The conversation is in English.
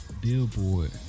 Billboard